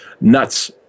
Nuts